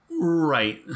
Right